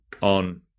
on